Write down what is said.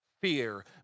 fear